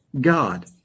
God